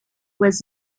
was